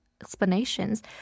explanations